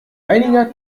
einiger